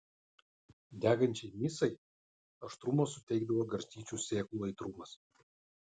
degančiai misai aštrumo suteikdavo garstyčių sėklų aitrumas